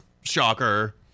Shocker